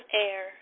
air